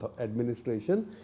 Administration